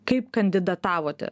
kaip kandidatavote